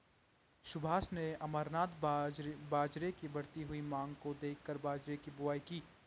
सुभाष ने अमरनाथ बाजरे की बढ़ती हुई मांग को देखकर बाजरे की बुवाई की